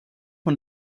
und